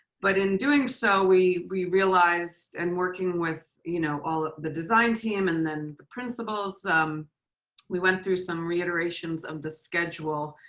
but in doing so we we realized and working with you know all of the design team, and then the principals, we went through some reiterations of the schedule.